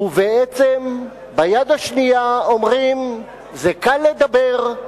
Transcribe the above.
ובעצם ביד השנייה אומרים: זה קל לדבר,